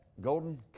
golden